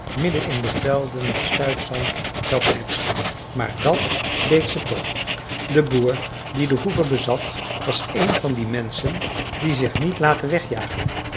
in de velden met stuifzand zou blijven staan maar dat deed ze toch de boer die de hoeve bezat was een van die menschen die zich niet laten wegjagen